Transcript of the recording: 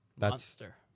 Monster